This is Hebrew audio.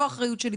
לא אחריות שלי.